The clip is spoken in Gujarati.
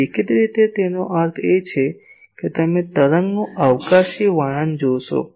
તેથી દેખીતી રીતે તેનો અર્થ એ કે તમે તરંગનું અવકાશી વર્ણન જોશો